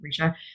Risha